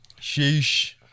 Sheesh